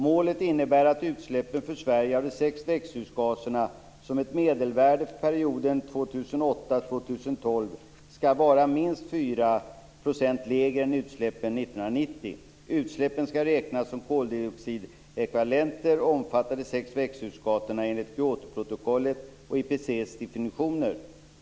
- Målet innebär att utsläppen för Sverige av de sex växthusgaserna som ett medelvärde för perioden 2008-2012 skall vara minst 4 % lägre än utsläppen år 1990. Utsläppen skall räknas som koldioxidekvivalenter och omfatta de sex växthusgaserna enligt Kyotoprotokollets och IPCC:s definitioner.